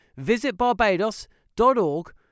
visitbarbados.org